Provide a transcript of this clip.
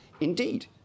Indeed